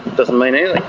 doesn't mean anything.